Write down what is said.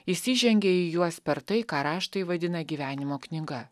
jis įžengė į juos per tai ką raštai vadina gyvenimo knyga